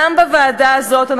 גם הוועדה הזאת,